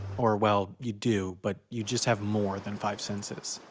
or, well, you do, but you just have more than five senses.